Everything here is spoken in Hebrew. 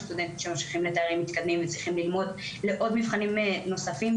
יש סטודנטים שממשיכים לתארים מתקדמים וצריכים ללמוד למבחנים נוספים,